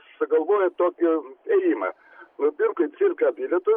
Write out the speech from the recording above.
sugalvojo tokį ėjimą nupirko į cirką bilietus